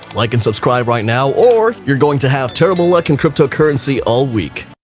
like and subscribe right now or you're going to have terrible luck in cryptocurrency all week.